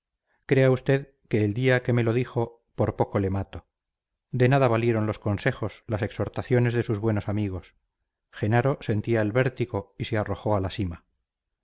crea usted que el día que me lo dijo por poco le mato de nada valieron los consejos las exhortaciones de sus buenos amigos jenaro sentía el vértigo y se arrojó a la sima